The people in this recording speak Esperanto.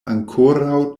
ankoraŭ